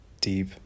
Deep